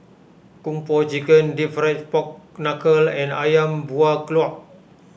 Kung Po Chicken Deep Fried Pork Knuckle and Ayam Buah Keluak